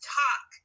talk